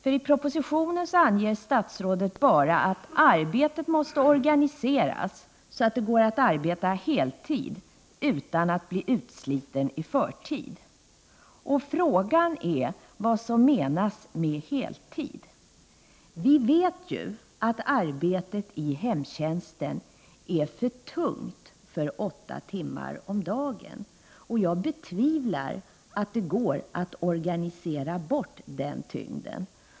I propositionen anger statsrådet bara att arbetet måste organiseras så att det går att arbeta heltid utan att bli utsliten i förtid. Frågan är vad som menas med heltid. Vi vet ju att arbetet i hemtjänsten är för tungt för att man skall arbeta åtta timmar om dagen. Jag betvivlar att det går att ”organisera bort” den tyngden.